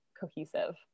cohesive